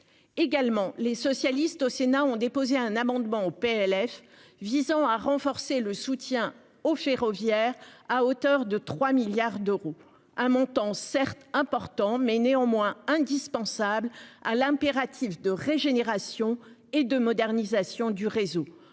Également les socialistes au Sénat ont déposé un amendement au PLF visant à renforcer le soutien au ferroviaire à hauteur de 3 milliards d'euros, un montant certes important mais néanmoins indispensable à l'impératif de régénération et de modernisation du réseau,